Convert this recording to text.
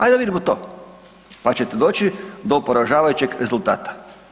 Ajde da vidimo to, pa ćete doći do poražavajućeg rezultata.